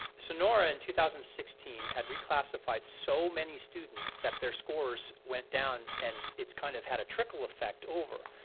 sonora in two thousand and sixteen had reclassified so many students that there scores went down and it's kind of had a trickle effect over.